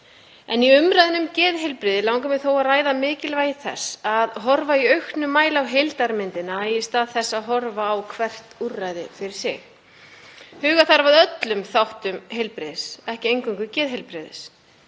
En í umræðunni um geðheilbrigði langar mig þó að ræða mikilvægi þess að horfa í auknum mæli á heildarmyndina í stað þess að horfa á hvert úrræði fyrir sig. Huga þarf að öllum þáttum heilbrigðis, ekki eingöngu geðheilbrigðis.